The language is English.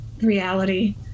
reality